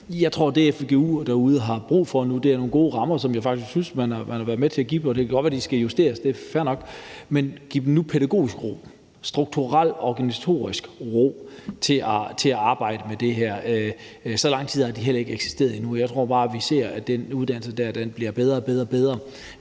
Jeg tror, at det, fgu har brug for derude nu, er nogle gode rammer, og jeg synes faktisk, man har givet dem det. Det kan godt være, de skal justeres; det er fair nok. Men giv dem nu pædagogisk, strukturel og organisatorisk ro til at arbejde med det her. Så lang tid har de heller ikke eksisteret endnu, og jeg tror bare, vi kommer til at se, at den uddannelse bliver bedre og bedre,